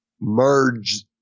merge